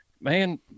man